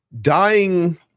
dying